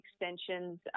extensions